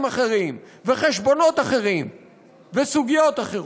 אחרים וחשבונות אחרים וסוגיות אחרות.